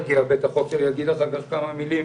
אבל זו פעולה שצריכה להיות חלק מרוטינה של רשות מקומית